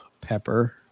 pepper